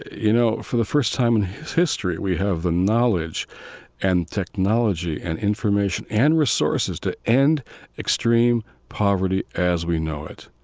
you know, for the first time in history, we have the knowledge and technology and information, and resources to end extreme poverty as we know it.